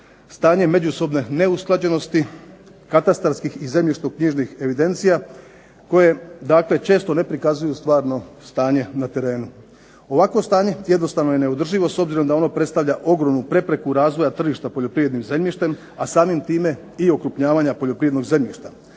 stanje međusobne neusklađenosti katastarskih i zemljišnoknjižnih evidencija koje dakle često ne prikazuju stvarno stanje na terenu. Ovakvo stanje jednostavno je neodrživo, s obzirom da ono predstavlja ogromnu prepreku razvoja tržišta poljoprivrednim zemljištem, a samim time i okrupnjavanja poljoprivrednog zemljišta,